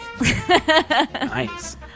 Nice